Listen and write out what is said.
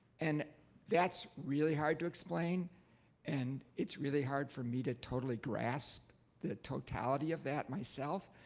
and that's really hard to explain and it's really hard for me to totally grasp the totality of that myself.